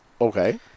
Okay